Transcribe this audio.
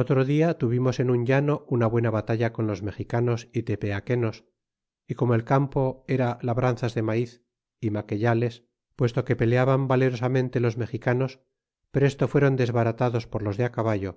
otro dia tuvimos en un llano una buena batalla con los mexicanos y tepeaquenos y como el campo era labranzas de maiz é maqueyales puesto que peleaban valerosamente los mexicanos presto fuéron desbaratados por los de caballo